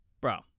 Bro